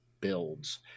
builds